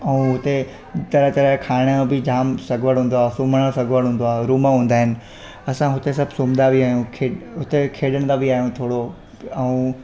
ऐं हुते तरह तरह जो खाइण जो बि जाम सघवड़ हूंदो आहे रूम जो सघवड़ हूंदो आहे रूम हूंदा आहिनि असां हुते सब सुमंदा बि आहियूं हुते खेॾंदा बि आहियूं थोरो ऐं